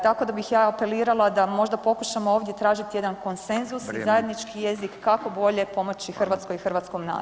Tako da bih ja apelirala da možda pokušamo ovdje tražiti jedan konsenzus [[Upadica: Vrijeme.]] zajednički jezik kako bolje pomoći Hrvatskoj i hrvatskom narodu.